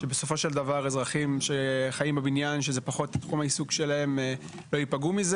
שבסופו של דבר אזרחים שחיים בבניין לא ייפגעו מזה.